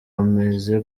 amaze